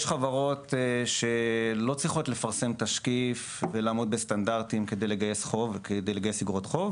יש חברות שלא צריכות לפרסם תשקיף ולעמוד בסטנדרטים כדי לגייס אגרות חוב.